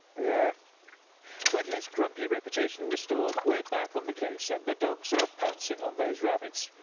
yeah with his grumpy reputation restored, were back on the case and the dogs are pouncing on those rabbits.